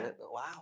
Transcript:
wow